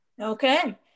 Okay